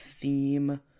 theme